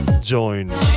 join